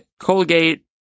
Colgate